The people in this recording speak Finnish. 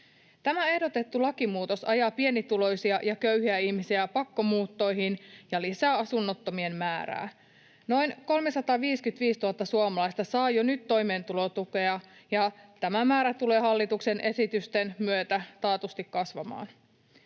Tämä ehdotettu lakimuutos ajaa pienituloisia ja köyhiä ihmisiä pakkomuuttoihin ja lisää asunnottomien määrää. Noin 355 000 suomalaista saa jo nyt toimeentulotukea, ja tämä määrä tulee hallituksen esitysten myötä taatusti kasvamaan.